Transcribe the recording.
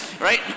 Right